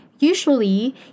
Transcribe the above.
Usually